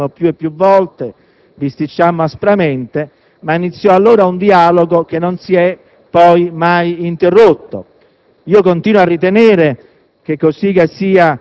Il presidente Cossiga in quell'occasione mi chiamò: discutemmo più e più volte, bisticciammo aspramente, ma iniziò allora un dialogo che non si è poi mai interrotto.